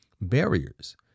Barriers